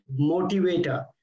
motivator